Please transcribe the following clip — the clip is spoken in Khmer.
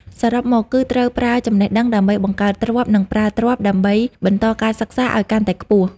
សរុបមក គឺត្រូវប្រើចំណេះដឹងដើម្បីបង្កើតទ្រព្យ និងប្រើទ្រព្យដើម្បីបន្តការសិក្សាឱ្យកាន់តែខ្ពស់។